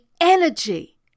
energy